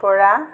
পৰা